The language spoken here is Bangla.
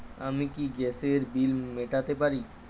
আমি কি গ্যাসের বিল মেটাতে পারি?